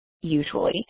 usually